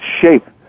shape